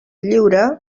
lliure